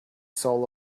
soul